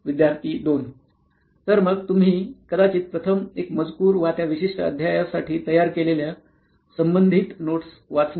विद्यार्थी २ तर मग तुम्ही कदाचित प्रथम एक मजकूर वा त्या विशिष्ट अध्याय साठी तयार केलेल्या संबंधित नोट्स वाचणे